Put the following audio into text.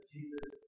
Jesus